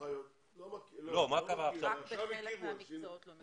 רק בחלק מהמקצועות לא מכירים.